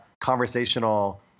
conversational